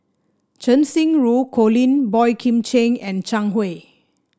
Cheng Xinru Colin Boey Kim Cheng and Zhang Hui